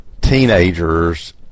teenagers